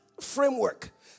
framework